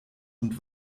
und